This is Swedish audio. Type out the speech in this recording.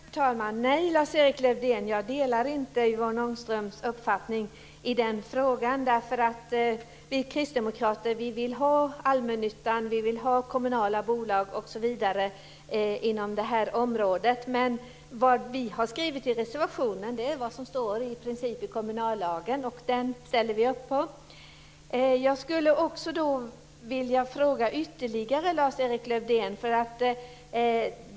Fru talman! Nej, Lars-Erik Lövdén, jag delar inte Yvonne Ångströms uppfattning i den frågan. Vi kristdemokrater vill ha allmännyttan. Vi vill ha kommunala bolag inom det här området. Men det vi har skrivit i reservationen är i princip det som står i kommunallagen, och den ställer vi upp på. Jag skulle också vilja ta upp ytterligare en fråga med Lars-Erik Lövdén.